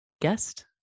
guest